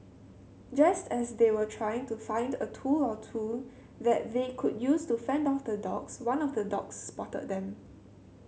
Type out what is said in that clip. just as they were trying to find a tool or two that they could use to fend off the dogs one of the dogs spotted them